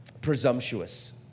presumptuous